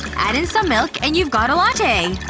add in some milk and you've got a latte!